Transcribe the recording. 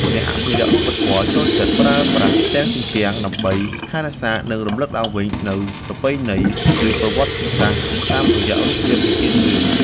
អ្នកអភិរក្សវប្បធម៌ ចូលចិត្តប្រើប្រាស់ផ្ទាំងជញ្ជាំងដើម្បីថែរក្សា និងរំលឹកឡើងវិញនូវប្រពៃណី ឬប្រវត្តិសាស្ត្រតាមរយៈរូបភាពនិទានរឿង។